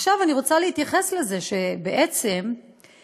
עכשיו אני רוצה להתייחס לזה שבעצם אנחנו